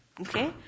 Okay